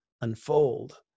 unfold